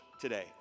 today